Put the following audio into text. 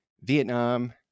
Vietnam